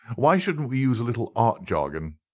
why shouldn't we use a little art jargon.